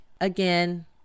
Again